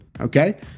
Okay